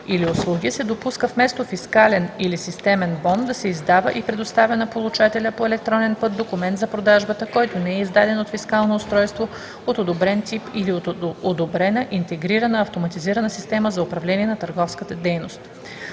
или услуги се допуска вместо фискален или системен бон да се издава и предоставя на получателя по електронен път документ за продажбата, който не е издаден от фискално устройство от одобрен тип или от одобрена интегрирана автоматизирана система за управление на търговската дейност.